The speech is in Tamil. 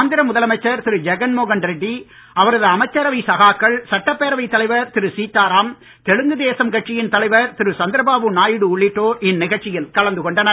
ஆந்திர முதலமைச்சர் திரு ஜெகன்மோகன் ரெட்டி அவரது அமைச்சரவை சகாக்கள் சட்டப் பேரவைத் தலைவர் திரு சீதாராம் தெலுங்கு தேசம் கட்சியின் தலைவர் திரு சந்திரபாபு நாயுடு உள்ளிட்டோர் இந்நிகழ்ச்சியில் கலந்து கொண்டனர்